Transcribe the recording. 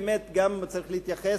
באמת צריך להתייחס,